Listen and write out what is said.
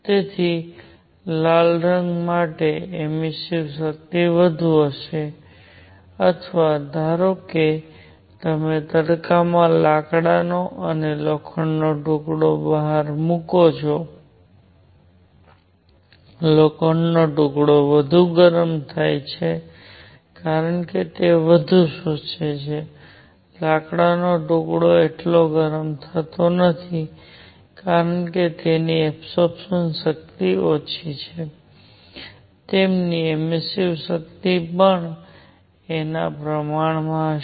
તેથી લાલ રંગ માટે એમિસ્સીવ શક્તિ વધુ હશે અથવા ધારો કે તમે તડકામાં લાકડા અને લોખંડનો ટુકડો બહાર મૂકો છો લોખંડનો ટુકડો વધુ ગરમ થાય છે કારણ કે તે વધુ શોષે છે લાકડાનો ટુકડો એટલો ગરમ થતો નથી કારણ કે એબસોરપ્સન શક્તિ ઓછી છે તેમની એમિસ્સીવ શક્તિ પણ a ના પ્રમાણમાં હશે